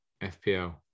FPL